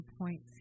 points